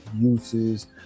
uses